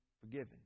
forgiven